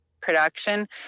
production